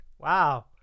Wow